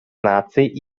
наций